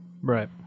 right